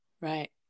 right